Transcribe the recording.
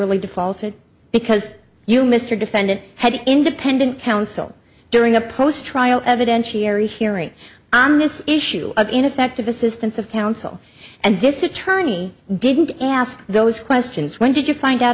ally defaulted because you mr defendant had independent counsel during a post trial evidentiary hearing on this issue of ineffective assistance of counsel and this attorney didn't ask those questions when did you find out